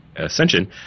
Ascension